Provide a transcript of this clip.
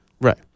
Right